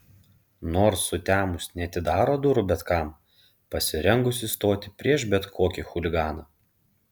nors sutemus neatidaro durų bet kam pasirengusi stoti prieš bet kokį chuliganą